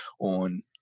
on